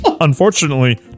Unfortunately